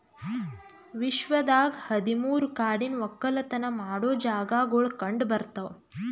ವಿಶ್ವದಾಗ್ ಹದಿ ಮೂರು ಕಾಡಿನ ಒಕ್ಕಲತನ ಮಾಡೋ ಜಾಗಾಗೊಳ್ ಕಂಡ ಬರ್ತಾವ್